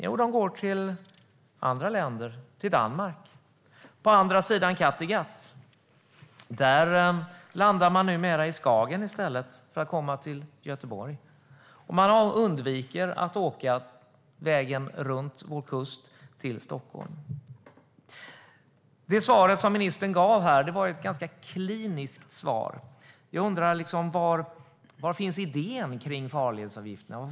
Jo, de går till andra länder, till exempel till Danmark. På andra sidan Kattegatt landar man numera i Skagen i stället för att komma till Göteborg. Man undviker att åka runt vår kust till Stockholm. Det svar som ministern gav var ett ganska kliniskt svar. Jag undrar var idén kring farledsavgifterna finns.